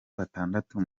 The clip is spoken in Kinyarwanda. batandatu